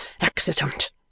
accident